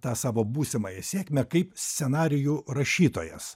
tą savo būsimąją sėkmę kaip scenarijų rašytojas